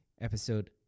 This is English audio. episode